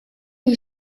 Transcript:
die